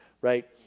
right